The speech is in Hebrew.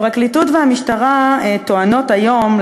הפרקליטות והמשטרה טוענות היום,